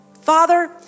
Father